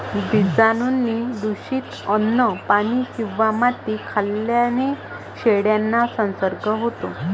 बीजाणूंनी दूषित अन्न, पाणी किंवा माती खाल्ल्याने शेळ्यांना संसर्ग होतो